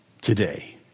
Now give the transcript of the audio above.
today